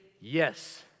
yes